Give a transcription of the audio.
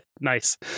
Nice